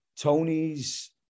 tony's